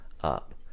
up